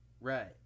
Right